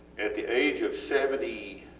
at the age of seventy